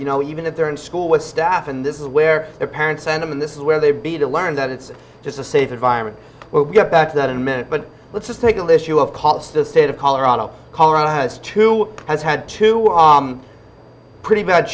you know even if they're in school with staff and this is where their parents send them and this is where they be to learn that it's just a safe environment where we get back to that in a minute but let's just make a list you of collets the state of colorado colorado has to has had two were pretty bad